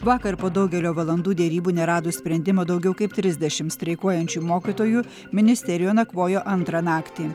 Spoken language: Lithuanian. vakar po daugelio valandų derybų neradus sprendimo daugiau kaip trisdešimt streikuojančių mokytojų ministerijoje nakvojo antrą naktį